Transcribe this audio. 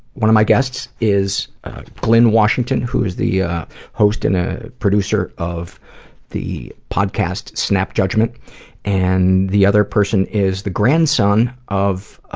one of my guests is lynn washington who is the ah host and ah producer of the podcast snap judgement and the other person is the grandson of ah